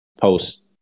post